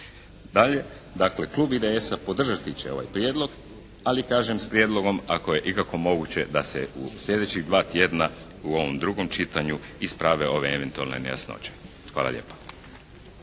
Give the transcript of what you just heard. Dakle klub IDS-a podržati će ovaj prijedlog, ali kažem s prijedlogom ako je ikako moguće da se u sljedećih dva tjedna u ovom drugom čitanju isprave ove eventualne nejasnoće. Hvala lijepa.